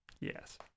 Yes